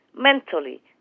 mentally